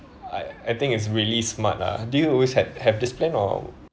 I I think it's really smart ah did you always had have this plan or